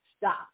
stop